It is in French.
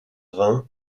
vingt